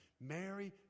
Mary